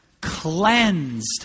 cleansed